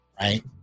Right